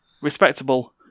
respectable